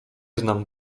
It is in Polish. znam